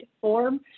form